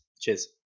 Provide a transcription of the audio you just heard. Cheers